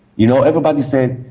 you know, everybody says,